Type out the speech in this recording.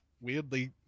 weirdly